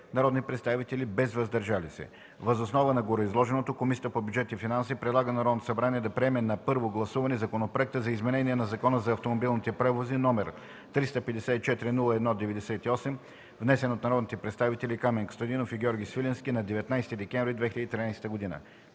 народни представители, без „въздържали се”. Въз основа на гореизложеното Комисията по бюджет и финанси предлага на Народното събрание да приеме на първо гласуване Законопроект за изменение на Закона за автомобилните превози, № 354-01-98, внесен от народните представители Камен Костадинов и Георги Свиленски на 19 декември 2013 г.”